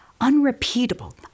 unrepeatable